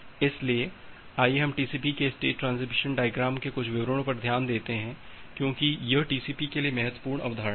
इसलिए आईये हम टीसीपी के स्टेट ट्रांजीशन डायग्राम कुछ विवरणों पर ध्यान देते हैं क्योंकि यह टीसीपी के लिए महत्वपूर्ण अवधारणा है